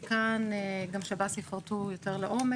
כאן גם שב"ס יפרטו יותר לעומק,